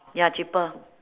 ya cheaper